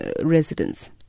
residents